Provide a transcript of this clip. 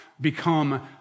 become